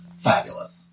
fabulous